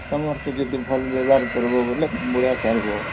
କଷ୍ଟମର୍କୁ ଯଦି ଭଲ ବ୍ୟବହାର କରିବ ବୋଲେ ବଢ଼ିଆ ଚାଲିବ